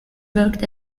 worked